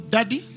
Daddy